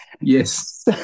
yes